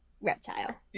reptile